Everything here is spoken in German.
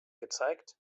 gezeigt